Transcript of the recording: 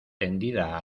tendida